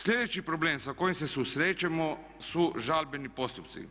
Sljedeći problem sa kojim se susrećemo su žalbeni postupci.